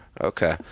Okay